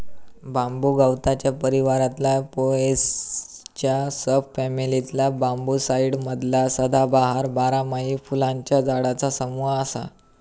बांबू गवताच्या परिवारातला पोएसीच्या सब फॅमिलीतला बांबूसाईडी मधला सदाबहार, बारमाही फुलांच्या झाडांचा समूह असा